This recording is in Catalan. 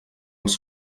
els